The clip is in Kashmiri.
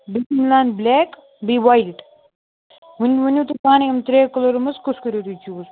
بیٚیہِ چھُ مِلان بٕلیک بیٚیہِ وایِٹ وۄنۍ ؤنِو تُہۍ پانَے یِم ترٛیٚیو کَلرو منٛز کُس کٔرِو تُہۍ چوٗز